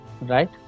right